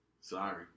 Sorry